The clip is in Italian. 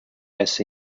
esse